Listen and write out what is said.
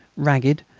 ragged,